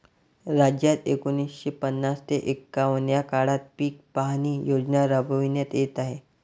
राज्यात एकोणीसशे पन्नास ते एकवन्न या काळात पीक पाहणी योजना राबविण्यात येत आहे